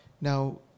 Now